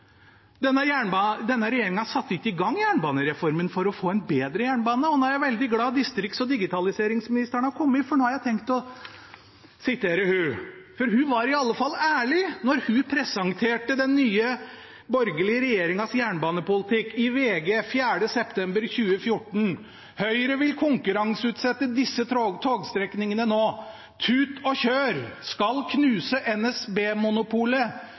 Denne regjeringen satte ikke i gang jernbanereformen for å få en bedre jernbane – og nå er jeg veldig glad for at distrikts- og digitaliseringsministeren har kommet, for nå har jeg tenkt å sitere henne. Hun var iallfall ærlig da hun presenterte den nye borgerlige regjeringens jernbanepolitikk i VG den 4. september 2014. Overskriftene var: «Høyre vil konkurranseutsette disse togstrekningene – NÅ: Tut og kjør! Skal knuse